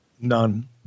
none